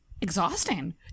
exhausting